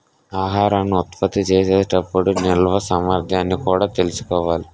ఆహారాన్ని ఉత్పత్తి చేసే టప్పుడు నిల్వ సామర్థ్యాన్ని కూడా తెలుసుకోవాలి